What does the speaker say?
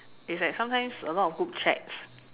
it's like sometimes a lot of group chats